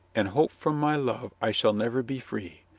and hope from my love i shall never be free.